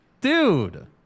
Dude